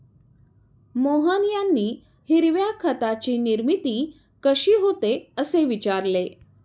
मोहन यांनी हिरव्या खताची निर्मिती कशी होते, असे विचारले